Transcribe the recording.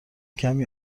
کمی